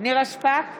נירה שפק,